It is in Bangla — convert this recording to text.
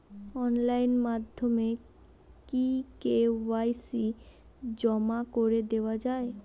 অনলাইন মাধ্যমে কি কে.ওয়াই.সি জমা করে দেওয়া য়ায়?